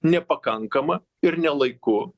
nepakankama ir nelaiku